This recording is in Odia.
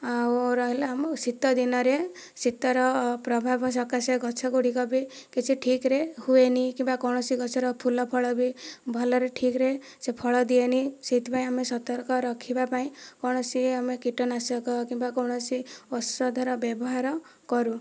ଆଉ ରହିଲା ଆମ ଶୀତ ଦିନରେ ଶୀତର ପ୍ରଭାବ ସକାଶେ ଗଛ ଗୁଡ଼ିକ ବି କିଛି ଠିକରେ ହୁଏନି କିମ୍ବା କୌଣସି ଗଛର ଫୁଲ ଫଳ ବି ଭଲରେ ଠିକରେ ସେ ଫଳ ଦିଏନି ସେଇଥିପାଇଁ ଆମେ ସତର୍କ ରଖିବା ପାଇଁ କୌଣସି ଆମେ କୀଟନାଶକ କିମ୍ବା କୌଣସି ଔଷଧର ବ୍ୟବହାର କରୁ